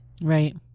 Right